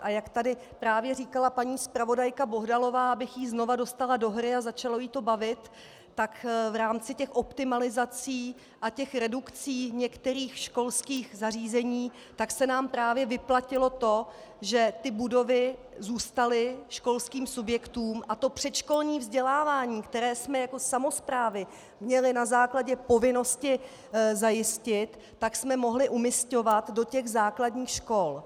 A jak tady právě říkala paní zpravodajka Bohdalová abych ji znovu dostala do hry a začalo ji to bavit tak v rámci těch optimalizací a redukcí některých školských zařízení se nám právě vyplatilo to, že ty budovy zůstaly školským subjektům a předškolní vzdělávání, které jsme jako samosprávy měli na základě povinnosti zajistit, jsme mohli umisťovat do těch základních škol.